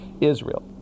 Israel